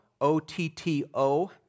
O-T-T-O